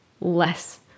less